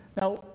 Now